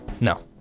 No